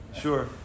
Sure